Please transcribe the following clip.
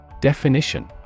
Definition